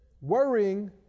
Worrying